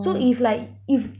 so if like if